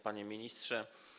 Panie Ministrze!